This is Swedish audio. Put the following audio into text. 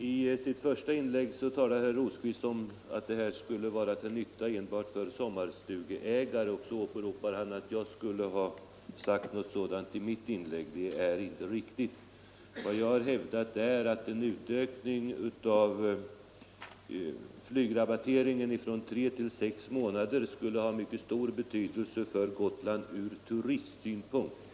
I sitt första inlägg talar herr Rosqvist om att utsträckningen av flygrabatteringen skulle vara till nytta endast för sommarstugeägare och han åberopar att jag skulle haft sagt något sådant i mitt inlägg. Det är inte riktigt. Vad jag har hävdat är att en utökning av flygrabatteringen från tre till sex månader skulle ha mycket stor betydelse för Gotland ur turistsynpunkt.